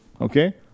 Okay